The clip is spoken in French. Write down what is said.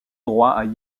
droit